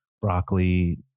broccoli